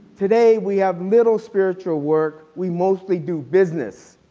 today we have little spiritual work. we mostly do business.